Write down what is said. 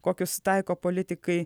kokius taiko politikai